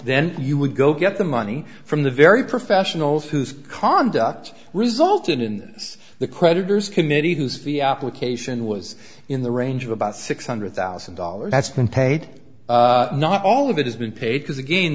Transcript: then you would go get the money from the very professionals whose conduct resulted in this the creditors committee who's the application was in the range of about six hundred thousand dollars that's been paid not all of it has been paid